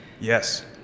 Yes